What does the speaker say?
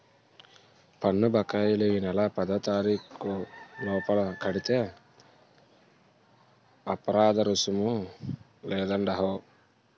పన్ను బకాయిలు ఈ నెల పదోతారీకు లోపల కడితే అపరాదరుసుము లేదండహో